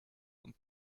und